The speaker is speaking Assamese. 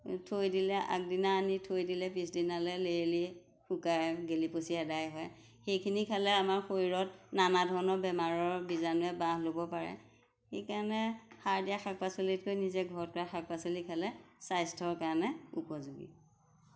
থৈ দিলে আগদিনা আনি থৈ দিলে পিছদিনালৈ লেৰেলি শুকাই গেলি পচি আদায় হয় সেইখিনি খালে আমাৰ শৰীৰত নানা ধৰণৰ বেমাৰৰ বীজাণুৱে বাহ ল'ব পাৰে সেইকাৰণে সাৰ দিয়া শাক পাচলিতকৈ নিজে ঘৰত কৰা শাক পাচলি খালে স্বাস্থ্যৰ কাৰণে উপযোগী